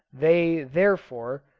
they, therefore,